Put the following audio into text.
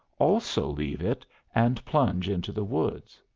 also leave it and plunge into the woods.